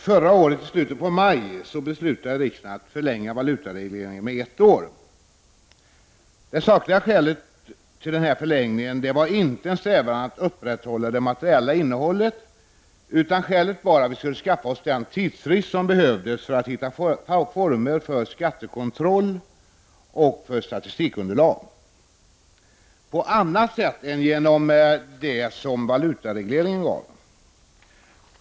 Herr talman! I slutet av maj förra året beslutade riksdagen att tiden för valutaregleringen skulle förlängas med ett år. Det sakliga skälet till den förlängningen var inte att man strävade efter att upprätthålla det materiella innehållet utan det var att vi därmed skulle skapa den tidsfrist som behövdes för att hitta former för skattekontroll och statistikunderlag på annat sätt än genom de föreskrifter som valutaregleringen gav.